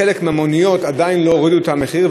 בחלק מהמוניות עדיין לא הורידו את המחיר,